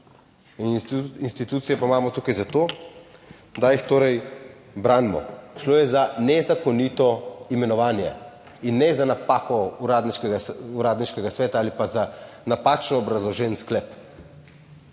In institucije pa imamo tukaj za to, da jih torej branimo. Šlo je za nezakonito imenovanje in ne za napako uradniškega sveta ali pa za napačno obrazložen sklep.